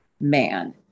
man